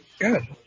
good